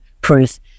proof